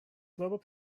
global